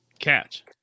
catch